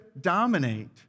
dominate